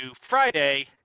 Friday